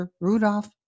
Rudolph